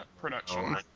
production